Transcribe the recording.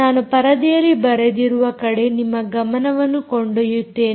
ನಾನು ಪರದೆಯಲ್ಲಿ ಬರೆದಿರುವ ಕಡೆ ನಿಮ್ಮ ಗಮನವನ್ನು ಕೊಂಡೊಯ್ಯುತ್ತೇನೆ